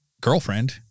girlfriend